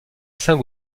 saint